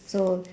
so